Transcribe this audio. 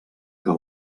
que